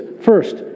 First